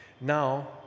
Now